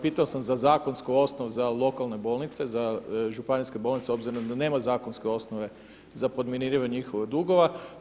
Pitao sam za zakonsku osnovu, za lokalne bolnice, za županijske bolnice, obzirom da nema zakonske osnove za podmirivanje ikakvih dugova.